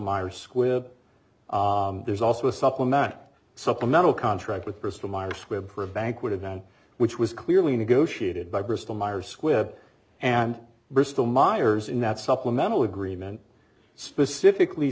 myers squibb there's also a supplement supplemental contract with bristol myers squibb for a bank would have now which was clearly negotiated by bristol myers squibb and bristol myers in that supplemental agreement specifically